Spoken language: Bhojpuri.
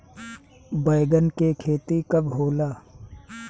बैंगन के खेती कब होला?